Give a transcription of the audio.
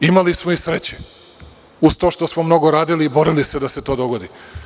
Imali smo i sreće, uz to što smo mnogo radili i borili se da se to dogodi.